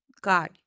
God